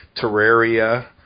Terraria